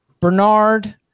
Bernard